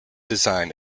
design